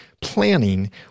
planning